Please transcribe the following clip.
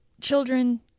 children